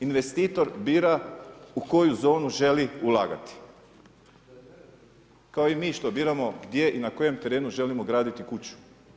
Investitor bira u koju zonu želi ulagati, kao i mi što biramo gdje i na kojem terenu želimo graditi kuću.